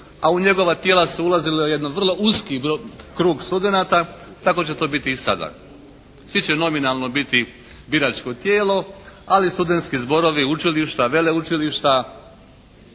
a u njegova tijela su ulazili jedan vrlo uski krug studenata. Tako će to biti i sada. Svi će nominalno biti biračko tijelo, ali studentski zborovi, učilišta, veleučilišta